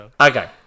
Okay